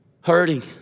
hurting